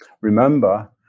Remember